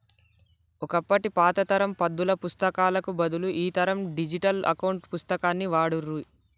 ఒకప్పటి పాత తరం పద్దుల పుస్తకాలకు బదులు ఈ తరం డిజిటల్ అకౌంట్ పుస్తకాన్ని వాడుర్రి